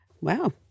Wow